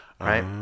right